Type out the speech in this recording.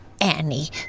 Annie